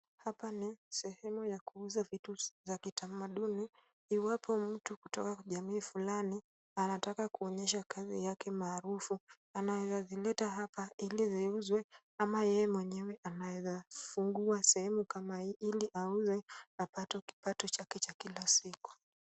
Hapa ni sehemu ya kuuza vitu za kitamaduni. Iwapo mtu kutoka jamii fulani anataka kuonyesha kazi yake maarufu anaweza zileta hapa ili ziuzwe ama yeye mwenyewe anaweza fungua sehemu kama hii ili auze apate kipato chake cha kila siku.